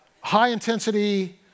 high-intensity